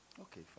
Okay